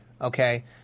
okay